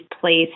place